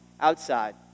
outside